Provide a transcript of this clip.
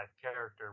character